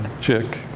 chick